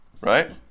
right